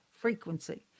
frequency